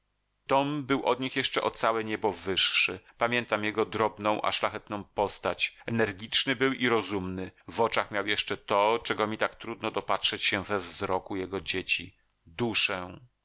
tom był od nich jeszcze o całe niebo wyższy pamiętam jego drobną a szlachetną postać energiczny był i rozumny w oczach miał jeszcze to czego mi tak trudno dopatrzeć się we wzroku jego dzieci duszę